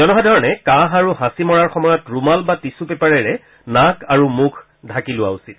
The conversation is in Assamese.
জনসাধাৰণে কাহ আৰু হাঁচি মৰাৰ সময়ত ৰুমাল বা টিছু পেপাৰেৰে নাক আৰু মুখ ঢাকি লোৱা উচিত